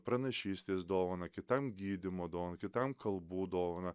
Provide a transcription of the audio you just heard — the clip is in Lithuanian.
pranašystės dovaną kitam gydymo dovaną kitam kalbų dovaną